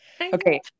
Okay